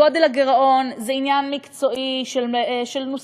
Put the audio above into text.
גודל הגירעון זה עניין מקצועי של נוסחאות,